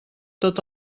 tot